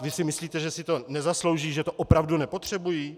Vy si myslíte, že si to nezaslouží, že to opravdu nepotřebují?